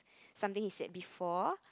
something he said before